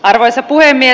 arvoisa puhemies